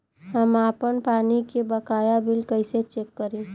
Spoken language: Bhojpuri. हम आपन पानी के बकाया बिल कईसे चेक करी?